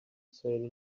say